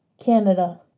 Canada